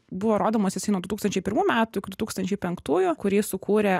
buvo rodomas jisai nuo du tūkstančiai pirmųjų metų du tūkstančiai penktųjų kurį sukūrė